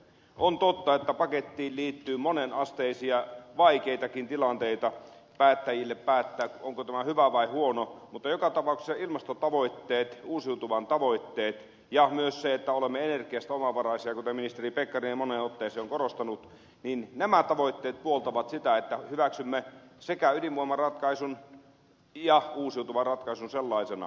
on totta että pakettiin liittyy monen asteisia vaikeitakin tilanteita päättäjille päättää onko tämä hyvä vai huono mutta joka tapauksessa ilmastotavoitteet uusiutuvan tavoitteet ja myös se että olemme energiasta omavaraisia kuten ministeri pekkarinen moneen otteeseen on korostanut puoltavat sitä että hyväksymme sekä ydinvoimaratkaisun että uusiutuvan ratkaisun sellaisenaan